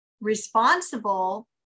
responsible